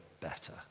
better